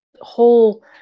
whole